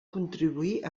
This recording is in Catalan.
contribuir